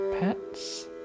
pets